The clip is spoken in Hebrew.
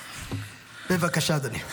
בבקשה, אדוני.